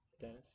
Dennis